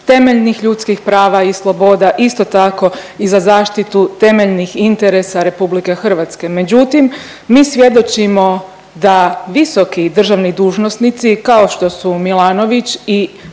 temeljnih ljudskih prava i sloboda, isto tako i za zaštitu temeljnih interesa RH. Međutim, mi svjedočimo da visoki državni dužnosnici kao što su Milanović i mnogi